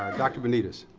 um dr. benitez.